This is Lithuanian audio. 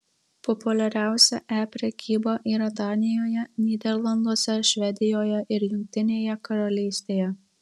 populiariausia e prekyba yra danijoje nyderlanduose švedijoje ir jungtinėje karalystėje